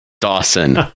Dawson